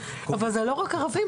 אבל זה לא רק ערבים,